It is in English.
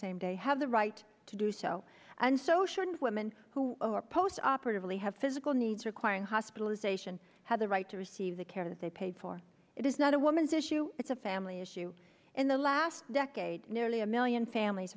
same day have the right to do so and so should women who are postoperatively have physical needs requiring hospitalization have the right to receive the care that they pay for it is not a woman's issue it's a family issue in the last decade nearly a million families